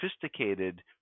sophisticated